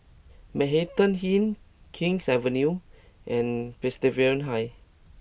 Manhattan Inn King's Avenue and Presbyterian High